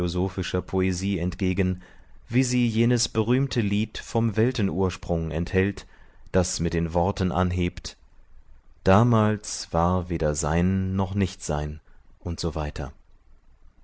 poesie entgegen wie sie jenes berühmte lied vom weltenursprung enthält das mit den worten anhebt damals war weder sein noch nichtsein usw